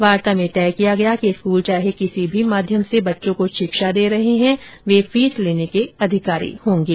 वार्ता में तय किया गया कि स्कूल चाहे किसी भी माध्यम से बच्चों को शिक्षा दे रहे हैं वे फीस लेने के अधिकारी होंगे